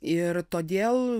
ir todėl